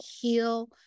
heal